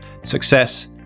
success